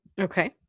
Okay